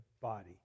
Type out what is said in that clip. body